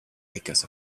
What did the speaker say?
because